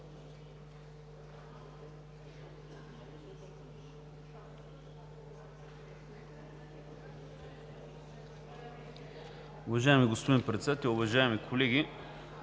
Уважаеми господин Председател, уважаеми колеги!